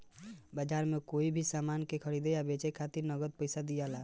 बाजार में कोई भी सामान के खरीदे आ बेचे खातिर नगद पइसा दियाला